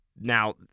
Now